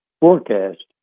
forecast